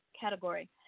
category